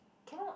cannot